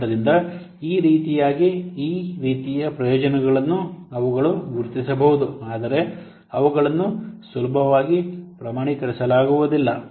ಆದ್ದರಿಂದ ಈ ರೀತಿಯಾಗಿ ಈ ರೀತಿಯ ಪ್ರಯೋಜನಗಳನ್ನು ಅವುಗಳನ್ನು ಗುರುತಿಸಬಹುದು ಆದರೆ ಅವುಗಳನ್ನು ಸುಲಭವಾಗಿ ಪ್ರಮಾಣೀಕರಿಸಲಾಗುವುದಿಲ್ಲ